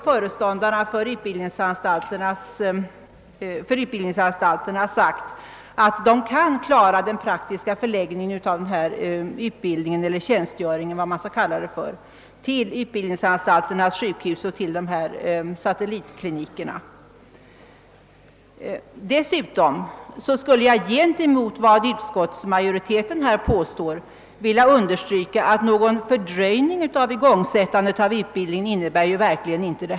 Föreståndarna för utbildningsanstalterna har också sagt att de kan ordna den praktiska förläggningen av denna utbildning eller tjänstgöring eller vad man skall kalla den till utbildningsanstalternas sjukhus och till satellitklinikerna. Gentemot vad utskottsmajoriteten här påstår skulle jag dessutom vilja understryka att detta verkligen inte innebär någon fördröjning av igångsättandet av utbildningen.